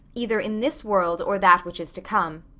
either in this world or that which is to come.